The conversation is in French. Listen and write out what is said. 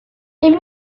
est